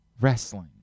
wrestling